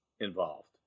involved